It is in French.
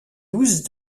douze